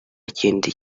kindi